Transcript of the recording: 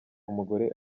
umugore